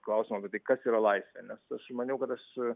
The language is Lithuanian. klausimo kas yra laisvė nes aš maniau kad aš